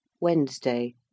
Wednesday